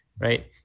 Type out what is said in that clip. right